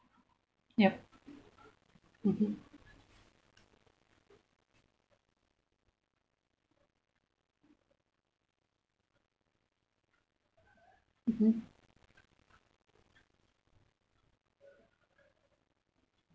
yup mmhmm mmhmm